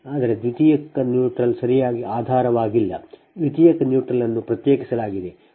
ಆದರೆ ದ್ವಿತೀಯಕ ನ್ಯೂಟ್ರಲ್ ಸರಿಯಾಗಿ ಆಧಾರವಾಗಿಲ್ಲ ದ್ವಿತೀಯಕ ನ್ಯೂಟ್ರಲ್ನ್ನು ಪ್ರತ್ಯೇಕಿಸಲಾಗಿದೆ